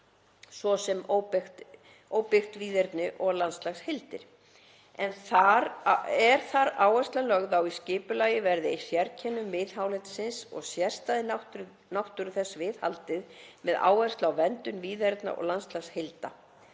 svo sem óbyggð víðerni og landslagsheildir. Er þar áhersla lögð á að í skipulagi verði sérkennum miðhálendisins og sérstæðri náttúru þess viðhaldið með áherslu á verndun víðerna og landslagsheilda.